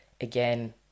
again